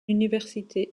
université